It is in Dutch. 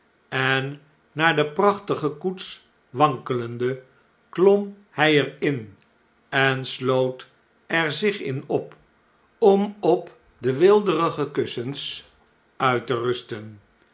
en naar de prachtige koets wankelende klom hfl er in en sloot er zich in op om op de weelderige kussens uit te rusten